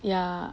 ya